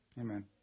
Amen